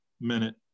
minute